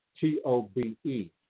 T-O-B-E